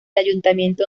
ayuntamiento